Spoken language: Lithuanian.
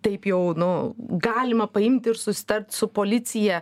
taip jau nu galima paimti ir susitart su policija